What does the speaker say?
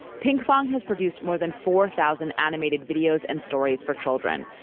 pinkfong has produced more than four thousand animated videos and stories for children,